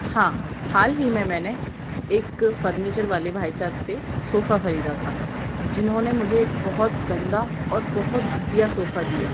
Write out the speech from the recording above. हाँ हाल ही में मैंने एक फर्नीचर वाले भाईसाहब से सोफ़ा खरीदा था जिन्होंने मुझे बहुत गंदा और बहुत घटिया सोफ़ा दिया